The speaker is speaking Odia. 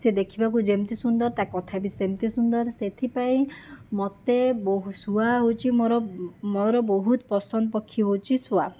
ସେ ଦେଖିବାକୁ ଯେମିତି ସୁନ୍ଦର ତା କଥା ବି ସେମିତି ସୁନ୍ଦର ସେଥିପାଇଁ ମୋତେ ବହୁ ଶୁଆ ହେଉଛି ମୋ'ର ମୋ'ର ବହୁତ ପସନ୍ଦ ପକ୍ଷୀ ହେଉଛି ଶୁଆ